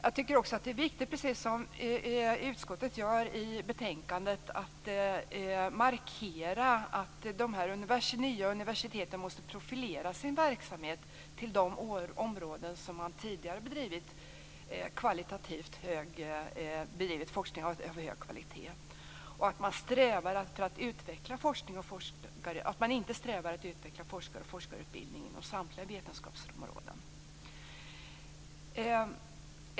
Det är viktigt att markera - som utskottet gör i betänkandet - att de nya universiteten måste profilera sin verksamhet till de områden där man tidigare har bedrivit forskning av hög kvalitet i stället för att utveckla forskare och forskarutbildning inom samtliga vetenskapsområden.